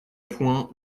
point